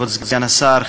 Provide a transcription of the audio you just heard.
כבוד סגן השר,